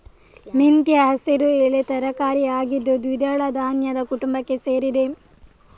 ಮೆಂತ್ಯ ಹಸಿರು ಎಲೆ ತರಕಾರಿ ಆಗಿದ್ದು ದ್ವಿದಳ ಧಾನ್ಯದ ಕುಟುಂಬಕ್ಕೆ ಸೇರಿದೆ